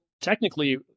technically